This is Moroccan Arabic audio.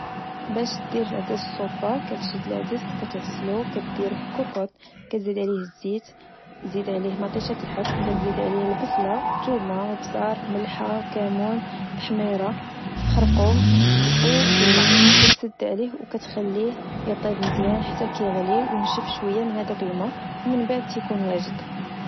باش دير العدس سوپة، كتشد العدس، كتغسلو، كديرو في كوكوط، كتزيد عليه زيت زيد عليه مطيشة الحك، كتزيد عليه البصلة، تومة، البزار، ملحة، كمون، تحميرة، خرقوم، أو الما، كتسد عليه وكتخليه يطيب مزيان حتى كغلى ونشف شويا من هداك الما، ومن بعد تكون واجد